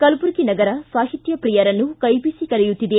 ಕಲಬುರಗಿ ನಗರ ಸಾಹಿತ್ಯಪ್ರಿಯರನ್ನು ಕೈಬೀಸಿ ಕರೆಯುತ್ತಿದೆ